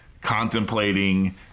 contemplating